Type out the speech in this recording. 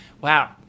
Wow